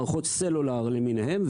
מערכות סלולר למיניהן,